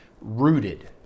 Rooted